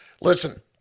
Listen